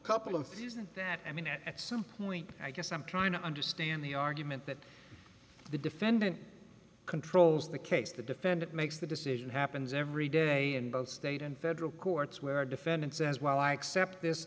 couple of seasons that i mean at some point i guess i'm trying to understand the argument that the defendant controls the case the defendant makes the decision happens every day in both state and federal courts where a defendant says well i accept this